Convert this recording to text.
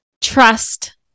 trust